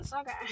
okay